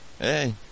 Hey